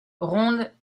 ronde